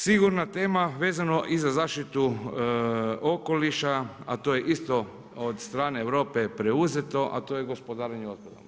Sigurna tema vezano i za zaštitu okoliša, a to je isto od strane Europe preuzeto, a to je gospodarenje otpadom.